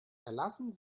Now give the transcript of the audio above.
erlassen